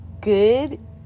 Good